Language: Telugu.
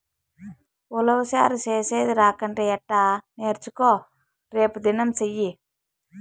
ఉలవచారు చేసేది రాకంటే ఎట్టా నేర్చుకో రేపుదినం సెయ్యి